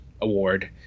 award